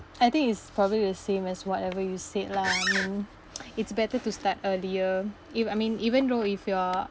I think it's probably the same as whatever you said lah I mean it's better to start earlier ev~ I mean even though if you are